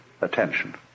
attention